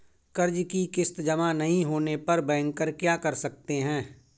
कर्ज कि किश्त जमा नहीं होने पर बैंकर क्या कर सकते हैं?